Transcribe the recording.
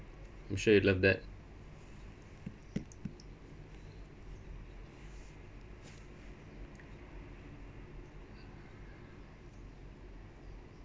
I'm sure you'd love that